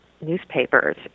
newspapers